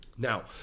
Now